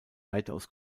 weitaus